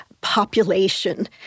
population